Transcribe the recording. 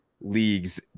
leagues